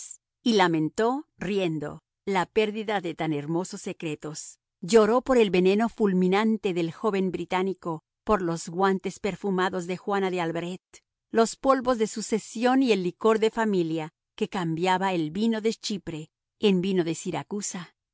y lamentó riendo la pérdida de tan hermosos secretos lloró por el veneno fulminante del joven británico por las guantes perfumados de juana de albret los polvos de sucesión y el licor de familia que cambiaba el vino de chipre en vino de siracusa